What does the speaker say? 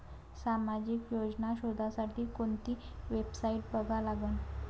सामाजिक योजना शोधासाठी कोंती वेबसाईट बघा लागन?